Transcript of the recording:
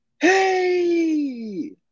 Hey